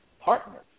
partners